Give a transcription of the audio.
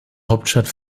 hauptstadt